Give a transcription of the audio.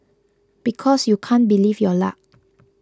because you can't believe your luck